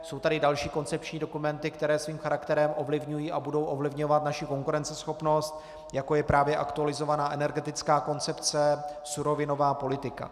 Jsou tady další koncepční dokumenty, které svým charakterem ovlivňují a budou ovlivňovat naši konkurenceschopnost, jako je právě aktualizovaná energetická koncepce, surovinová politika.